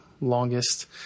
longest